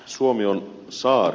suomi on saari